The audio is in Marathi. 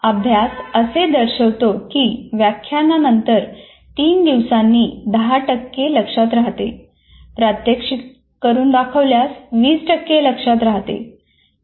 अभ्यास असे दर्शवतो की व्याख्यानानंतर तीन दिवसांनी दहा टक्के लक्षात राहते प्रात्यक्षिक करून दाखवल्यास 20 लक्षात राहते